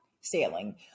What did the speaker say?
sailing